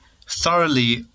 thoroughly